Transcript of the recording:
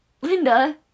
Linda